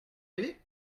arrivé